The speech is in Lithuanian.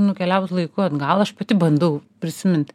nukeliaut laiku atgal aš pati bandau prisimint